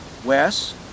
Wes